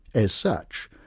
as such,